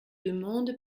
demande